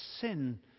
sin